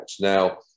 Now